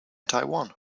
taiwan